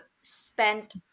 spent